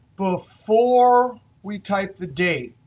before we type the date,